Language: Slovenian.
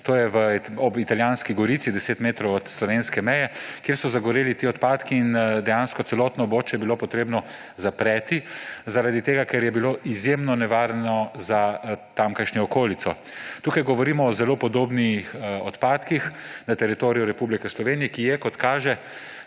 to je ob italijanski Gorici, 10 metrov od slovenske meje, kjer so zagoreli ti odpadki. Dejansko je bilo potrebno celotno območje zapreti zaradi tega, ker je bilo izjemno nevarno za tamkajšnjo okolico. Tukaj govorimo o zelo podobnih odpadkih na teritoriju Republike Slovenije, ki je, kot kaže,